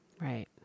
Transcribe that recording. Right